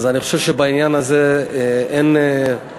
אז אני חושב שבעניין הזה אין אופוזיציה